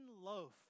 loaf